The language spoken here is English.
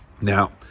Now